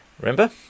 remember